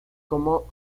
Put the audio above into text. como